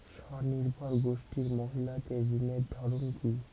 স্বনির্ভর গোষ্ঠীর মহিলাদের ঋণের ধরন কি?